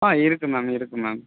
ஆ இருக்குது மேம் இருக்குது மேம்